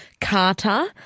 Carter